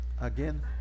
Again